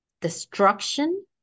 destruction